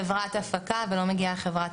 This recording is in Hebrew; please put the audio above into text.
אחרי התוכניות